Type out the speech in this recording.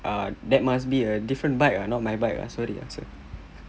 uh that must be a different bike ah not my bike ah sorry ah sorry